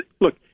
Look